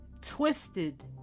twisted